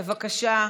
בבקשה.